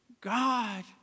God